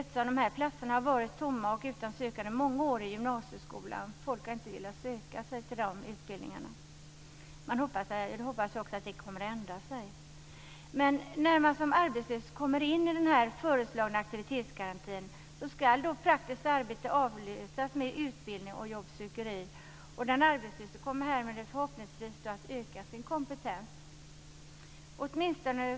Dessa platser har varit tomma och utan sökande många år i gymnasieskolan. Folk har inte sökt sig till dessa utbildningar. Jag hoppas att det kommer att ändra sig. När man som arbetslös kommer in i den föreslagna aktivitetsgarantin ska praktiskt arbete avlösas med utbildning och jobbsökeri. Den arbetslöse kommer härmed förhoppningsvis att öka sin kompetens. Fru talman!